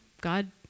God